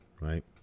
right